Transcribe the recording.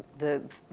the,